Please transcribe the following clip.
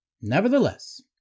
Nevertheless